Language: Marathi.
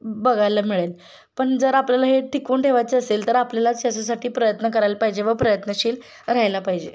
बघायला मिळेल पण जर आपल्याला हे टिकवून ठेवायचे असेल तर आपल्यालाच याच्यासाठी प्रयत्न करायला पाहिजे व प्रयत्नशील राहायला पाहिजे